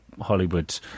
Hollywood